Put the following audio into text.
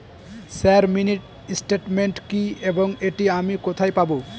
Sir mini statement কি এবং এটি আমি কোথায় পাবো?